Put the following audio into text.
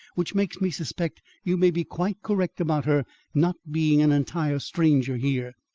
which makes me suspect you may be quite correct about her not being an entire stranger here.